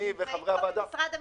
נמצאים פה משרד המשפטים.